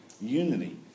unity